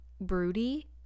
broody